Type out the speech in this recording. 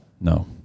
no